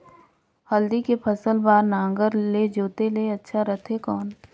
हल्दी के फसल बार नागर ले जोते ले अच्छा रथे कौन?